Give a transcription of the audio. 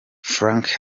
franck